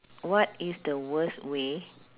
what is the worst way